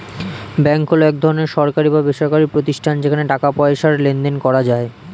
bank হলো এক ধরনের সরকারি বা বেসরকারি প্রতিষ্ঠান যেখানে টাকা পয়সার লেনদেন করা যায়